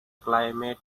climate